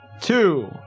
Two